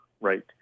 right